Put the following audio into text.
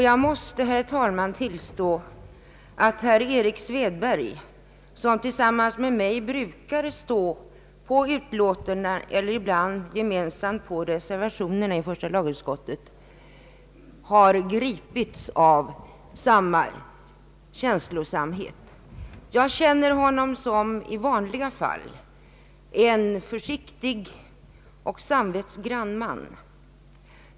Jag måste, herr talman, tillstå att herr Erik Svedberg, som tillsammans med mig brukar skriva på utlåtandena eller ibland reservationerna 1 första lagutskottet, har gripits av samma känslosamhet. Jag känner honom som en i vanliga fall försiktig och samvetsgrann man.